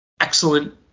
excellent